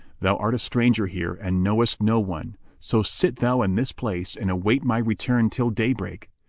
thou art a stranger here and knowest no one so sit thou in this place and await my return till day-break.